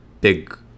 big